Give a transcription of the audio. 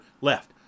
left